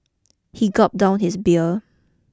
he gulped down his beer